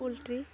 poultry